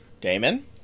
Damon